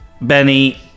Benny